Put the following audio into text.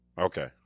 Okay